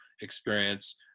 experience